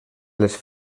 les